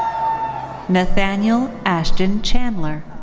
nathaniel ashton chandler.